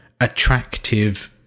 attractive